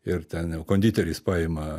ir ten jau konditeris paima